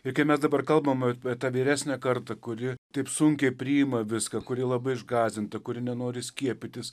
ir kai mes dabar kalbam apie tą vyresnę kartą kuri taip sunkiai priima viską kuri labai išgąsdinta kuri nenori skiepytis